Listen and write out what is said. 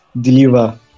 deliver